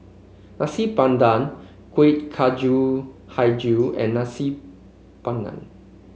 Nasi Padang Kueh Kacang hijau and Nasi Padang